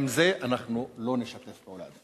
עם זה אנחנו לא נשתף פעולה.